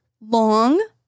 Long